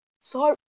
sorry